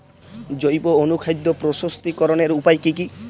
জৈব অনুখাদ্য প্রস্তুতিকরনের উপায় কী কী?